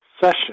session